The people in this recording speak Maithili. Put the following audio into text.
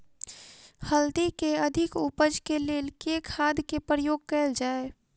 हल्दी केँ अधिक उपज केँ लेल केँ खाद केँ प्रयोग कैल जाय?